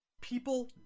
People